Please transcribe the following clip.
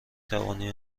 توانی